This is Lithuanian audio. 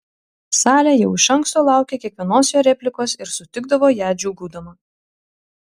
salė jau iš anksto laukė kiekvienos jo replikos ir sutikdavo ją džiūgaudama